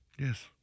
Yes